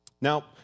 Now